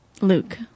Luke